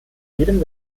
jedem